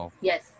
Yes